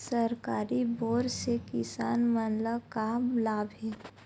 सरकारी बोर से किसान मन ला का लाभ हे?